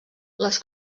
les